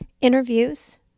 interviews